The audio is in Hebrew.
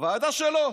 הוועדה שלו.